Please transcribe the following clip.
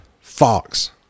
Fox